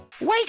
Wake